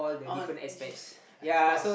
on this of course